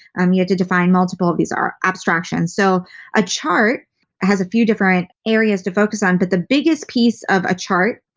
um yeah to define multiple of these abstractions. so a chart has a few different areas to focus on but the biggest piece of a chart,